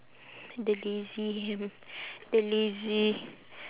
the lazy the lazy